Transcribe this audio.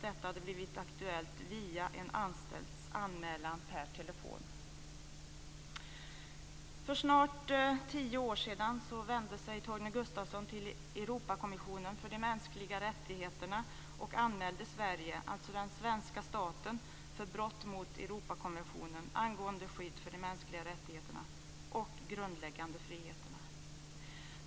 Detta hade blivit aktuellt via en anställds anmälan per telefon. För snart tio år sedan vände sig Torgny Gustafsson till Europakommissionen för de mänskliga rättigheterna och anmälde Sverige - den svenska staten - för brott mot Europakonventionen angående skydd för de mänskliga rättigheterna och grundläggande friheterna.